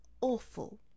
awful